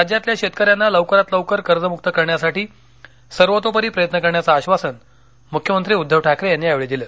राज्यातल्या शेतकऱ्यांना लवकरात लवकर कर्जमुक्त करण्यासाठी सर्वतोपरी प्रयत्न करण्याचं आश्वासन मुख्यमंत्री उद्धव ठाकरे यांनी यावेळी दिलं